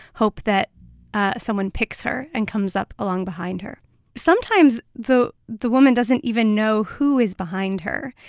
hope that ah someone picks her and comes up along behind her sometimes the the woman doesn't even know who is behind her,